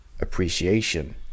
Appreciation